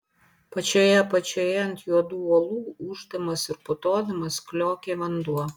pačioje apačioje ant juodų uolų ūždamas ir putodamas kliokė vanduo